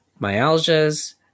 myalgias